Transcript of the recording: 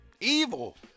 Evil